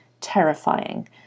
terrifying